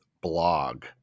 blog